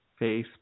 Facebook